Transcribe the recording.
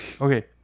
okay